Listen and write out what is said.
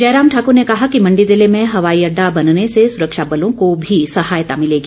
जयराम ठाकुर ने कहा कि मंडी जिले में हवाई अड्डा बनने से सुरक्षा बलों को भी सहायता मिलेगी